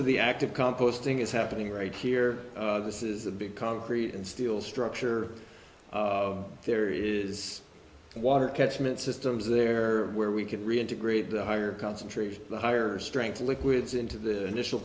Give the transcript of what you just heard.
of the active composting is happening right here this is a big concrete and steel structure there is water catchment systems there where we can reintegrate the higher concentration the higher strength liquids into the initial